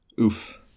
oof